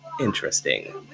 interesting